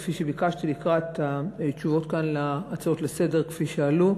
כפי שביקשתי לקראת התשובות כאן על ההצעות לסדר-היום כפי שעלו,